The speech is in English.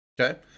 Okay